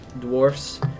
Dwarfs